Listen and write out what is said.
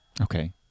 Okay